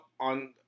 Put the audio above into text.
on